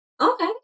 Okay